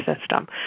system